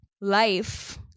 life